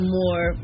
more